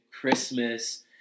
Christmas